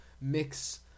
Mix